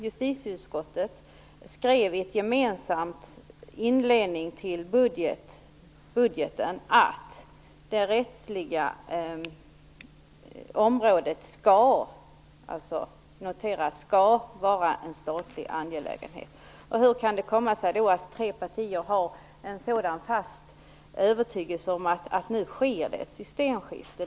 Justitieutskottet skrev i en gemensam inledning till budgeten att det rättsliga området skall - notera skall - vara en statlig angelägenhet. Hur kan det komma sig att tre partier har en så fast övertygelse om att det nu sker ett systemskifte?